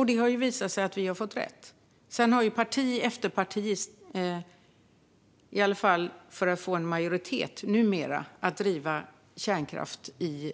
Och det har ju visat sig att vi har fått rätt, i alla fall när det gäller att få en majoritet för att driva kärnkraft i